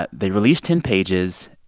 ah they released ten pages.